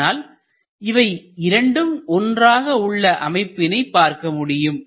ஆனால் இவை இரண்டும் ஒன்றாக உள்ள அமைப்பினை பார்க்க முடியும்